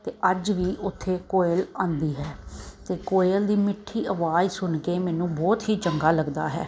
ਅਤੇ ਅੱਜ ਵੀ ਓਥੇ ਕੋਇਲ ਆਉਂਦੀ ਹੈ ਅਤੇ ਕੋਇਲ ਦੀ ਮਿੱਠੀ ਅਵਾਜ਼ ਸੁਣ ਕੇ ਮੈਨੂੰ ਬਹੁਤ ਹੀ ਚੰਗਾ ਲੱਗਦਾ ਹੈ